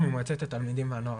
ממועצת התלמידים והנוער הארצית.